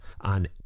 on